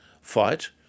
fight